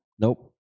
Nope